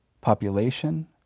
Population